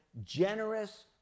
generous